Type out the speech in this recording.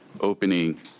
opening